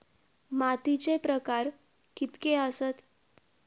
मातीचे प्रकार कितके आसत?